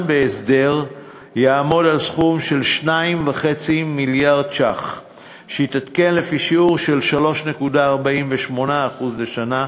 בהסדר יהיה 2.5 מיליארד ש"ח ויתעדכן לפי שיעור של 3.48% לשנה,